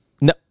no